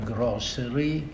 Grocery